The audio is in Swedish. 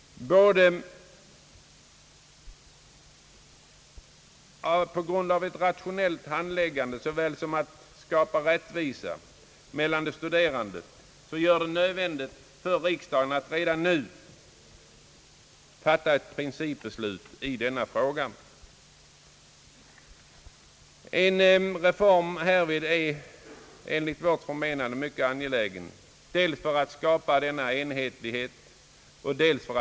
För att få en rationell handläggning och för att skapa rättvisa för de studerande är det nödvändigt att riksdagen redan nu fattar ett principbeslut i denna fråga. En sådan reform är enligt vårt förmenande mycket angelägen för att skapa enhetlighet och rättvisa.